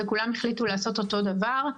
וכולם החליטו לעשות אותו דבר.